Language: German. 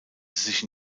sich